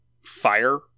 fire